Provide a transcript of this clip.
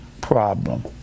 problem